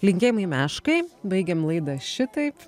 linkėjimai meškai baigiam laidą šitaip